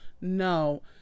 No